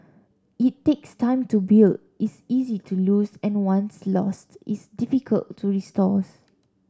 it takes time to build is easy to lose and once lost is difficult to restores